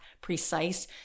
precise